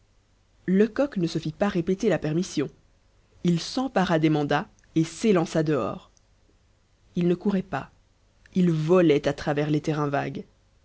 lecoq ne se fit pas répéter la permission il s'empara des mandats et s'élança dehors il ne courait pas il volait à travers les terrains vagues